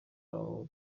aho